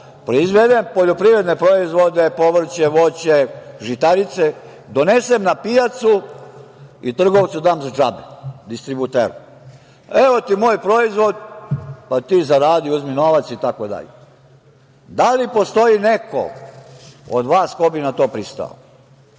proizvedem poljoprivredne proizvode, povreće, voće, žitarice, donesem na pijacu i trgovcu znam za džabe, distributeru. Evo ti moj proizvod, pa ti zaradi, uzmi novac, itd. Da li postoji neko od vas ko bi na to pristao?